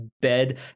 bed